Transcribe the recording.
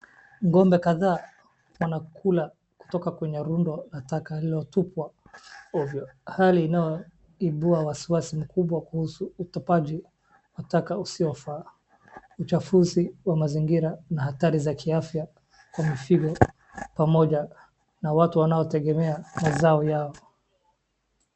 Ngombe katha wanakula kutoka kunyarundo ataka liotupua ovyo. Ahali ino ibua wasuwasi mkubwa kuhusu utapaji ataka usiofaa. Uchafuzi wa mazingira na hatari za kiafya wa mifigo pamoja na watu wanaotegimea na zao yao.